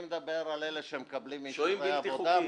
אלה שמקבלים אישורי עבודה,